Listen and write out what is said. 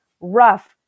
rough